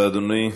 תודה רבה, אדוני.